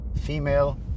female